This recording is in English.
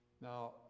Now